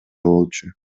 болчу